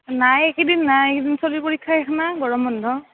নাই এইকেইদিন নাই এইগিদিন চলিৰ পৰীক্ষা শেষ না গৰম বন্ধ